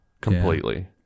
completely